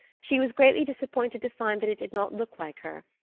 she was greatly disappointed to find that it did not look like her.